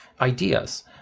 ideas